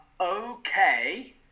okay